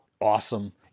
awesome